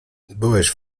byłeś